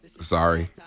Sorry